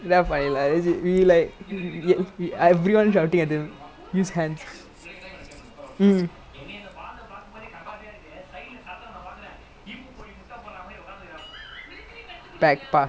legit lah but and like no the thing is if he was keeper right the second game gone already because you know like they keep trying to do the err what was is the ball right over the top